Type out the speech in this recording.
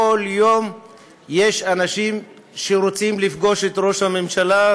כל יום יש אנשים שרוצים לפגוש את ראש הממשלה,